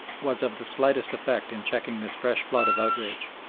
was of the slightest effect in checking this fresh flood of outrage.